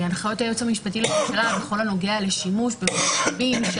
הנחיות היועץ המשפטי לממשלה בכל הנוגע לשימוש במשאבים של